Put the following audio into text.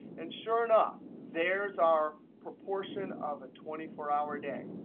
and sure enough, there is our proportion of a twenty four hour day.